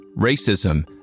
racism